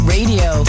Radio